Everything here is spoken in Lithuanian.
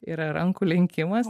yra rankų lenkimas